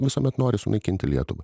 visuomet nori sunaikinti lietuvą